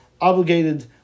obligated